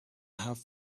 have